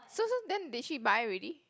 so so then did she buy already